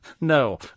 No